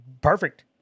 perfect